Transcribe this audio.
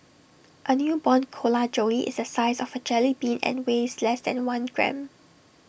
A newborn koala joey is the size of A jellybean and weighs less than one gram